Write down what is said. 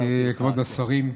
כבוד השרים,